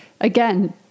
again